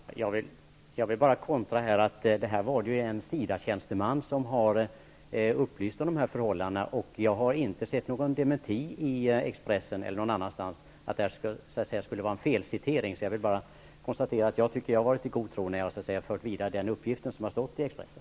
Herr talman! Jag skulle vilja kontra med att säga att det här var en SIDA-tjänsteman som upplyst om förhållandena. Jag har inte sett någon dementi i Expressen eller någon annanstans, att det skulle vara felciterat. Jag tycker att jag har varit i god tro när jag har fört vidare den uppgift som stått i Expressen.